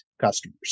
customers